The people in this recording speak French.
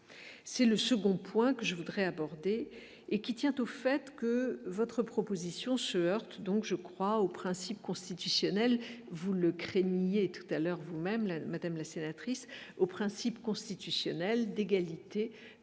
c'est le second point que je voudrais aborder et qui tient au fait que votre proposition se heurte donc je crois au principe constitutionnel vous le craigniez tout à l'heure, vous-même, la madame la sénatrice au principe constitutionnel d'égalité de